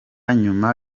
nyuma